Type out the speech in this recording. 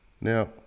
Now